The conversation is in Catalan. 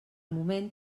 moment